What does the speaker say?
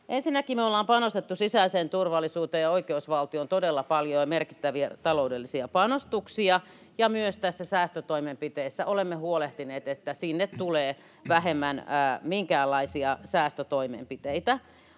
Ensinnäkin me ollaan panostettu sisäiseen turvallisuuteen ja oikeusvaltioon todella paljon ja merkittäviä taloudellisia panostuksia, ja myös säästötoimenpiteiden osalta olemme huolehtineet siitä, että sinne tulee vähemmän minkäänlaisia säästötoimenpiteitä.